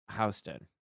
Houston